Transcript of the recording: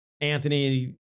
Anthony